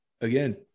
again